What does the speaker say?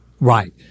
Right